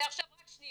בגלל זה עבר.